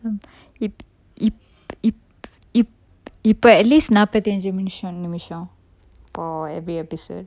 இப்ப:ippa at least நாப்பத்தி அஞ்சு மினுசம் நிமிசம்:nappathi anju minusam nimisam for every episode